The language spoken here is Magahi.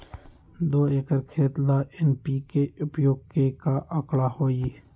दो एकर खेत ला एन.पी.के उपयोग के का आंकड़ा होई?